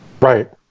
Right